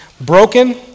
broken